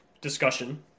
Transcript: discussion